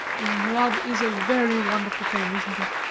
love is a very wonderful thing, isn't it?